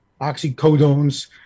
oxycodones